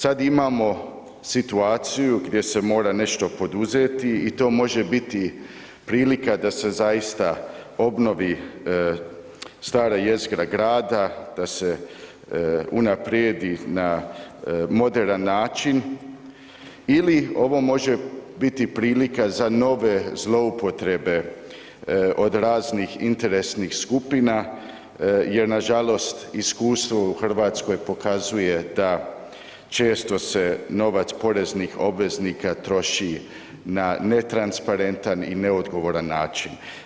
Sada imamo situaciju gdje se mora nešto poduzeti i to može biti prilika da se zaista obnovi stara jezgra grada, da se unaprijedi na moderan način ili ovo može biti prilika za nove zloupotrebe od raznih interesnih skupina jer nažalost iskustvo u Hrvatskoj pokazuje da često se novac poreznih obveznika troši na netransparentan i neodgovoran način.